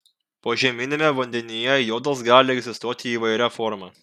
požeminiame vandenyje jodas gali egzistuoti įvairia forma